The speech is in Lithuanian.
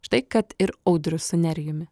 štai kad ir audrius su nerijumi